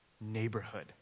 neighborhood